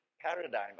paradigm